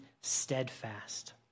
steadfast